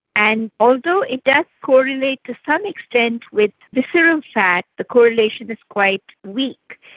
and although it does correlate to some extent with visceral fat, the correlation is quite weak.